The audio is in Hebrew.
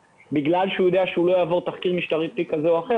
הוא יודע שלא יעבור תחקיר משטרתי כזה או אחר,